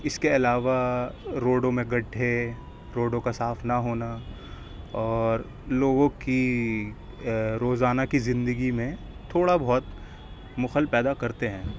اس کے علاوہ روڈوں میں گڈھے روڈوں کا صاف نہ ہونا اور لوگوں کی روزانہ کی زندگی میں تھوڑا بہت مخل پیدا کرتے ہیں